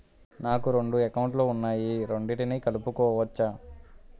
నాకు రెండు అకౌంట్ లు ఉన్నాయి రెండిటినీ కలుపుకోవచ్చా?